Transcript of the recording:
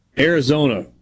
Arizona